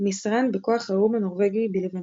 מסרן בכוח האו"ם הנורווגי בלבנון,